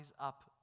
up